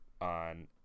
on